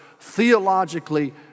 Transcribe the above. theologically